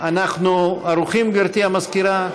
אנחנו ערוכים, גברתי המזכירה?